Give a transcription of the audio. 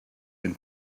been